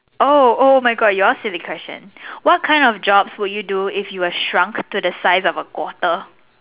oh oh my God your silly question what kind of job would you do if you were shrunk to the size of a quarter